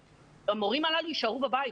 המורים הללו יישארו בבית,